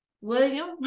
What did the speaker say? William